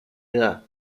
edad